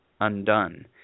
undone